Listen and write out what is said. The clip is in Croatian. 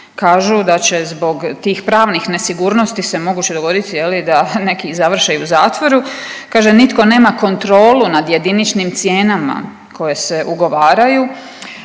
kažu da će zbog tih pravnih nesigurnosti se moguće dogoditi, je li, da neki završe i u zatvoru. Kaže nitko nema kontrolu nad jediničnim cijenama koje se ugovaraju.